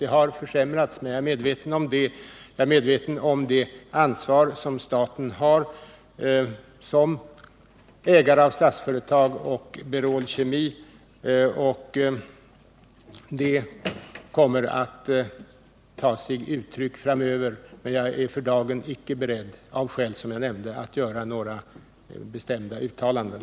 Det har försämrats, och jag är medveten om det ansvar som staten har som ägare av Statsföretag och Berol Kemi. Framöver kommer detta att ta sig uttryck, men jag är av skäl som jag nämnt icke beredd att för dagen göra några bestämda uttalanden.